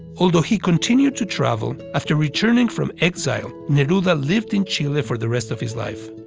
although he continued to travel, after returning from exile neruda lived in chile for the rest of his life.